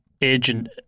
agent